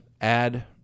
add